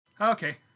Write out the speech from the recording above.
Okay